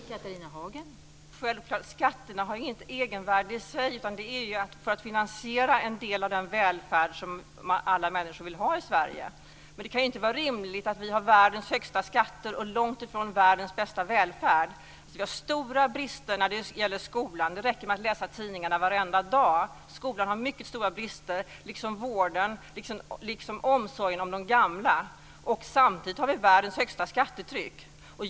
Fru talman! Självfallet har inte skatterna något egenvärde i sig, utan de är ju till för att finansiera en del av den välfärd som alla människor vill ha i Sverige. Men det kan ju inte vara rimligt att vi har världens högsta skatter och långt ifrån världens bästa välfärd. Vi har stora brister när det gäller skolan. Det räcker med att läsa tidningarna varenda dag. Skolan har mycket stora brister liksom vården och omsorgen om de gamla. Samtidigt har vi världens högsta skattetryck.